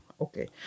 Okay